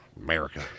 America